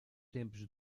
tempos